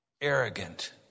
arrogant